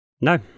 No